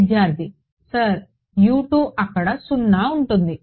విద్యార్థి సర్ అక్కడ 0 ఉంటుంది